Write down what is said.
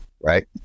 right